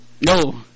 No